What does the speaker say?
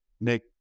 Nick